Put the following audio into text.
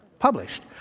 Published